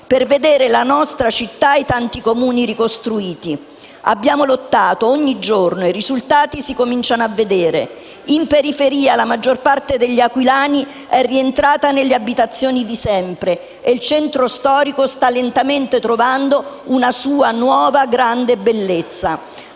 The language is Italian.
per vedere la nostra città e i tanti comuni ricostruiti. Abbiamo lottato ogni giorno e i risultati si cominciano a vedere. In periferia la maggior parte degli aquilani è rientrata nelle abitazioni di sempre e il centro storico sta lentamente trovando una sua nuova grande bellezza.